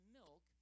milk